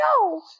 no